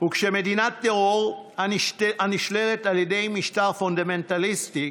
כשמדינת טרור שנשלטת על ידי משטר פונדמנטליסטי